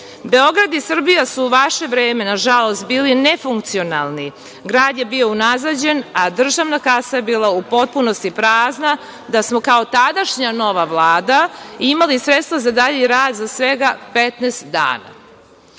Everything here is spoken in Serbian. drugima. Beograd i Srbija su u vaše vreme nažalost bili nefunkcionalni, grad je bio unazađen, a državna kasa je bila u potpunosti prazna, da smo kao tadašnja nova vlada imali sredstva za dalji rad za svega 15 dana.